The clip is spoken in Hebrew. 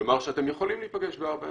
יאמר שאתם יכולים להיפגש בארבע עיניים,